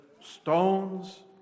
stones